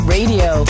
Radio